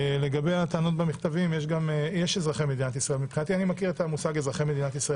אני מכיר את המושג "אזרחי מדינת ישראל",